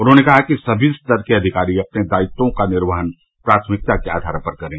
उन्होंने कहा कि सभी स्तर के अधिकारी अपने दायित्वों का निर्वहन प्राथमिकता के आधार पर करें